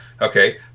okay